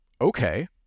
Okay